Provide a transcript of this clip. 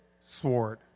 sword